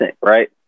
right